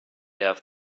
have